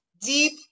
deep